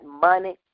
money